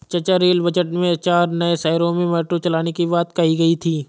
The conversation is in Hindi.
चाचा रेल बजट में चार नए शहरों में मेट्रो चलाने की बात कही गई थी